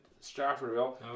Stratfordville